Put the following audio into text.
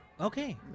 Okay